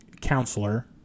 counselor